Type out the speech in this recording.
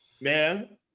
Man